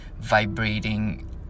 vibrating